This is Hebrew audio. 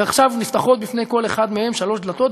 ועכשיו נפתחות בפני כל אחד מהם שלוש דלתות,